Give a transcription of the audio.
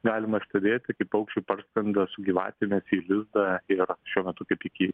galima stebėti kaip paukščiai parskrenda su gyvatėmis į lizdą ir šiuo metu kaip tik į